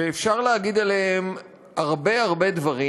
שאפשר להגיד עליהם הרבה הרבה דברים,